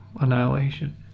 annihilation